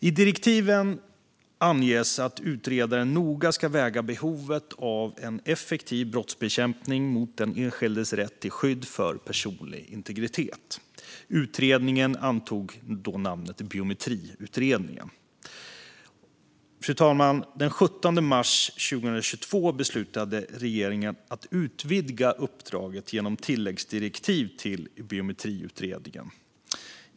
I direktiven anges att utredaren noga ska väga behovet av en effektiv brottsbekämpning mot den enskildes rätt till skydd för personlig integritet. Utredningen antog namnet Biometriutredningen. Fru talman! Den 17 mars 2022 beslutade regeringen att utvidga uppdraget genom tilläggsdirektiv till Biometriutredningen.